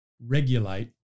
regulate